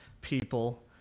people